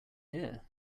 here